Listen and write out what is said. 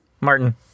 Martin